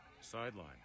Sideline